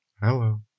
Hello